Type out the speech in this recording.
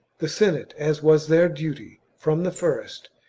the senate, as was their duty from the first,